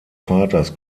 vaters